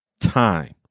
time